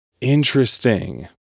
Interesting